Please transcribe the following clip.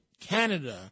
Canada